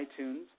iTunes